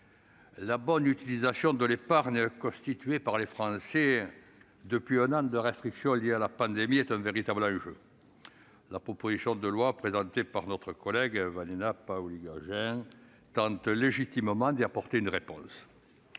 la bonne utilisation de l'épargne constituée par les Français depuis un an de restrictions liées à la pandémie est un vrai défi. La proposition de loi présentée par notre collègue Vanina Paoli-Gagin tente légitimement d'y répondre. En dehors